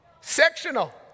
sectional